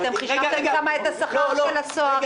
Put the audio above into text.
אתם חישבתם שם את השכר של הסוהרים,